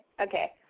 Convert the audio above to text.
Okay